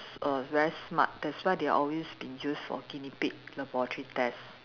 err very smart that's why they're always been used for guinea pig laboratory test